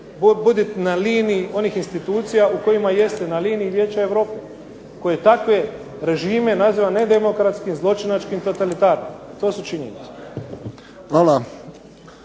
budite na liniji onih institucija u kojima jeste na liniji Vijeća Europe koje takve režime naziva nedemokratskim, zločinačkim, totalitarnim. To su činjenice.